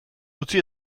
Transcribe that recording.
utzi